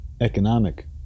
economic